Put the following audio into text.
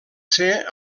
ser